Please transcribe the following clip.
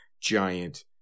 giant